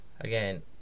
again